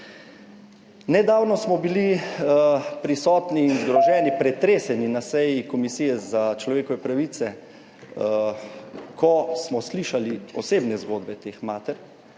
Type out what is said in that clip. Nedavno smo bili prisotni in zgroženi, pretreseni na seji Komisije za človekove pravice, ko smo slišali osebne zgodbe teh mater.